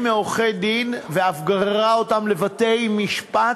מעורכי-דין ואף גררה אותם לבתי-משפט,